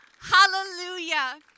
Hallelujah